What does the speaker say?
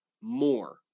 more